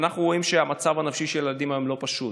אנחנו רואים שהמצב הנפשי של הילדים היום לא פשוט.